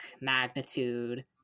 magnitude